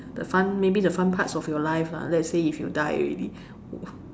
the fun maybe the fun parts of your life uh let's say if you die already